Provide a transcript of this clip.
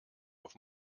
auf